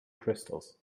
crystals